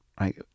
right